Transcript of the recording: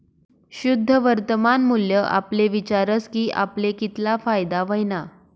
शुद्ध वर्तमान मूल्य आपले विचारस की आपले कितला फायदा व्हयना